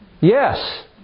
yes